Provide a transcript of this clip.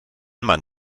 man